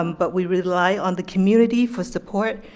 um but we rely on the community for support,